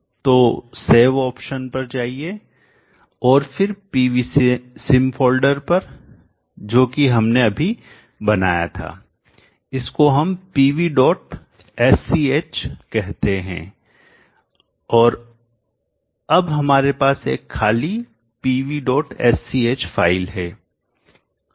तो सेवऑप्शन पर जाइए और फिर PV sim फोल्डर पर जो कि हमने अभी बनाया था इसको हम pvsch कहते हैं और अब हमारे पास एक खाली pvsch फाइल है